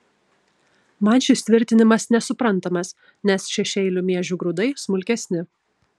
man šis tvirtinimas nesuprantamas nes šešiaeilių miežių grūdai smulkesni